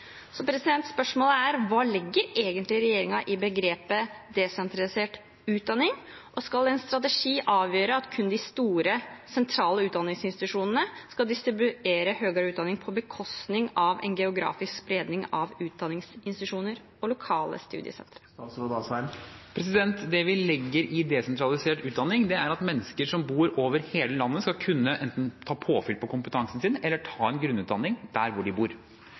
Spørsmålet er: Hva legger egentlig regjeringen i begrepet desentralisert utdanning? Og skal en strategi avgjøre at kun de store sentrale utdanningsinstitusjonene skal distribuere høyere utdanning på bekostning av en geografisk spredning av utdanningsinstitusjoner og lokale studiesenter? Det vi legger i desentralisert utdanning, er at mennesker som bor over hele landet, enten skal kunne få påfyll på kompetansen sin eller ta en grunnutdanning der hvor de bor.